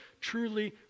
truly